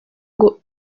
ngo